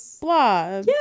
blah